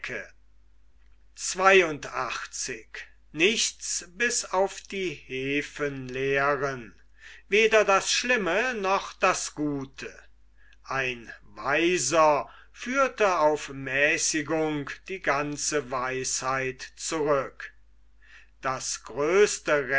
weder das schlimme noch das gute ein weiser aristoteles führte auf mäßigung die ganze weisheit zurück das größte